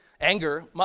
anger